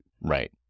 Right